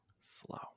slow